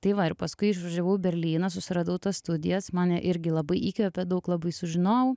tai va ir paskui užvažiavau į berlyną susiradau tas studijas mane irgi labai įkvepė daug labai sužinau